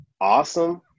awesome